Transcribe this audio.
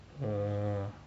orh